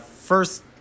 First